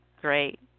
great